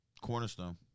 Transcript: Cornerstone